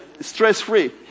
stress-free